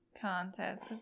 contest